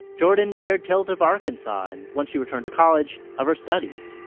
jordan shared tales of arkansas, and once she returned to college, of her studies.